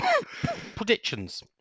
predictions